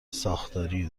ساختاری